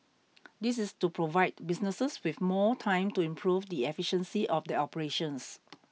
this is to provide businesses with more time to improve the efficiency of their operations